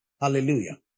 Hallelujah